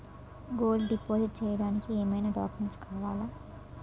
Gold deposit చేయడానికి ఏమైనా documents కావాలా?